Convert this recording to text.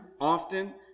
often